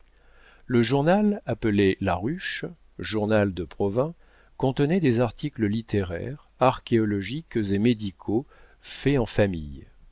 le journal appelé la ruche journal de provins contenait des articles littéraires archéologiques et médicaux faits en famille